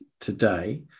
today